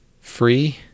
free